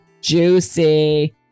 Juicy